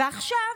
ועכשיו,